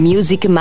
Music